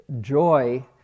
Joy